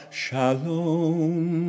shalom